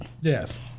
Yes